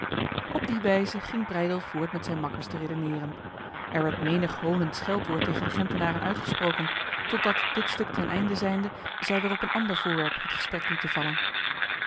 op die wijze ging breydel voort met zijn makkers te redeneren er werd menig honend scheldwoord tegen de gentenaren uitgesproken totdat dit stuk ten einde zijnde zij weer op een ander voorwerp het gesprek lieten vallen